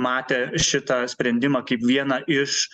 matė šitą sprendimą kaip vieną iš